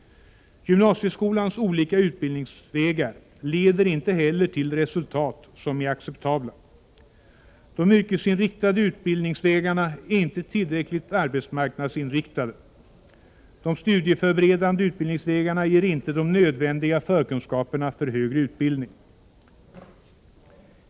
Gymnasieskolans olika utbildningsvägar leder inte heller till resultat som är acceptabla. De yrkesinriktade utbildningsvägarna är inte tillräckligt arbetsmarknadsinriktade. De studieförberedande utbildningsvägarna ger inte de nödvändiga förkunskaperna för högre utbildning.